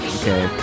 Okay